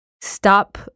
Stop